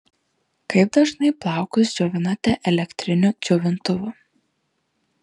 kaip dažnai plaukus džiovinate elektriniu džiovintuvu